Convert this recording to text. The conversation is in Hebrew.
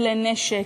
וכלי נשק,